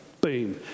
Boom